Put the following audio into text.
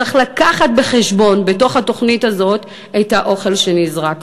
צריך להביא בחשבון בתוך התוכנית הזאת את האוכל שנזרק.